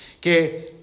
que